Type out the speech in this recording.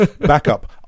backup